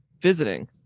visiting